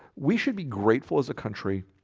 we should be grateful as a country